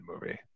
movie